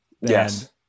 Yes